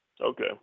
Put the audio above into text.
Okay